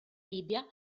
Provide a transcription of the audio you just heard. libia